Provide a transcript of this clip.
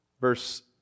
Verse